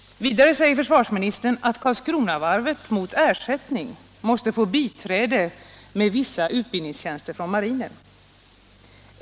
Vidare säger försvarsministern att Karlskronavarvet mot ersättning måste få biträde med vissa utbildningstjänster från marinen.